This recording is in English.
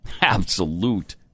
Absolute